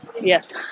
Yes